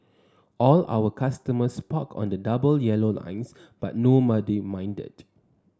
all our customers parked on the double yellow lines but nobody minded